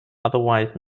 otherwise